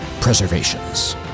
Preservations